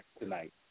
tonight